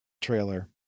trailer